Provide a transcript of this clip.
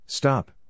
Stop